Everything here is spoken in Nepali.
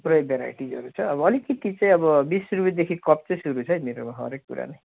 थुप्रै भेराइटिजहरू छ अब अलिकति चाहिँ अब बिस रुपियाँदेखि कप चाहिँ सुरु छ है मेरोमा हरेक कुरामा